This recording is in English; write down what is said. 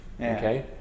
okay